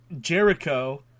Jericho